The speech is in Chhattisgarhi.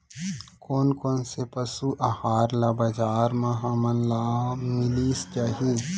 कोन कोन से पसु आहार ह बजार म हमन ल मिलिस जाही?